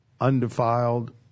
undefiled